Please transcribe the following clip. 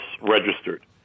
registered